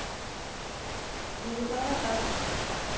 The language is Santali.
ᱦᱩᱭᱩᱜᱼᱟ ᱟᱨ